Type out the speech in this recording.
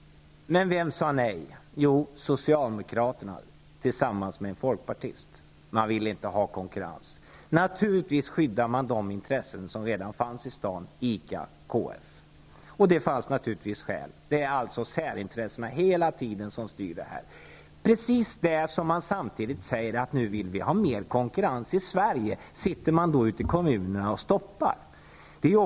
Men vem sade nej? Jo, socialdemokraterna tillsammans med en folkpartist. De ville inte ha konkurrens. Naturligtvis skyddades de intressen som redan fanns i staden, dvs. ICA och KF. Det fanns naturligtvis skäl. Det är hela tiden särintressena som styr. Samtidigt som det heter att det skall bli mer konkurrens i Sverige, sitter politikerna i kommunerna och stoppar konkurrensen.